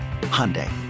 Hyundai